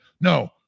No